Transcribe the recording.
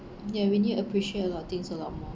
ya we need to appreciate a lot of things a lot more